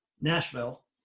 Nashville